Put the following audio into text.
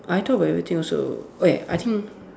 I talk about everything also wait I think